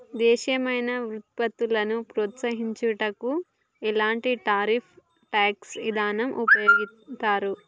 దేశీయమైన వృత్పత్తులను ప్రోత్సహించుటకు ఎలాంటి టారిఫ్ ట్యాక్స్ ఇదానాలు ఉపయోగిత్తారు